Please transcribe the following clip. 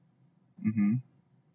mmhmm